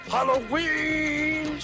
Halloween